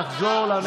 יש לי אישיות מגובשת,